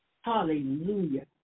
Hallelujah